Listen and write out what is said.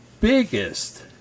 biggest